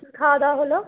কী খাওয়া দাওয়া হলো